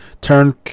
turn